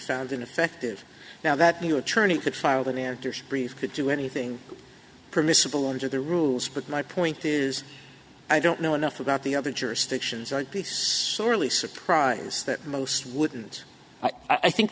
found ineffective now that new attorney could file that in brief could do anything permissible under the rules but my point is i don't know enough about the other jurisdictions are surely surprised that most wouldn't i think